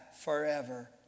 forever